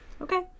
Okay